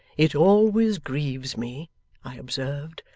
it always grieves me i observed,